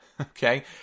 okay